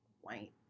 white